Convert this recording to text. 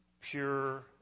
pure